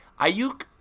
Ayuk